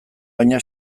baina